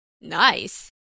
Nice